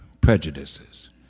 prejudices